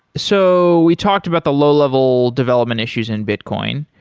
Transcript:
so we talked about the low-level development issues in bitcoin.